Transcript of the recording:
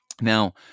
now